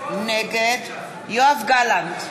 נגד יואב גלנט,